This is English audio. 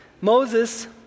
Moses